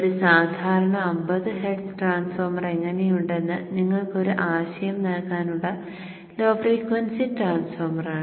ഒരു സാധാരണ 50 hertz transformer എങ്ങനെയുണ്ടെന്ന് നിങ്ങൾക്ക് ഒരു ആശയം നൽകാനുള്ള ലോ ഫ്രീക്വൻസി ട്രാൻസ്ഫോർമറാണ്